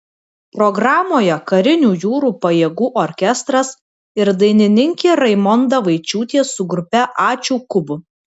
programoje karinių jūrų pajėgų orkestras ir dainininkė raimonda vaičiūtė su grupe ačiū kubu